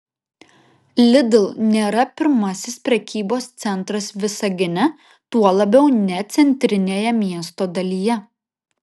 lidl nėra pirmasis prekybos centras visagine tuo labiau ne centrinėje miesto dalyje